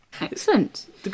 excellent